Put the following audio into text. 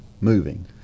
moving